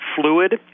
fluid